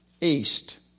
east